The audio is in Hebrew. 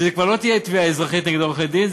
שזו כבר לא תהיה תביעה אזרחית נגד עורכי-הדין,